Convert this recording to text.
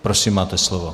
Prosím, máte slovo.